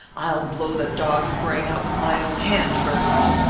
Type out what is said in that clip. i'll blow the dog's brains out with my own hand first!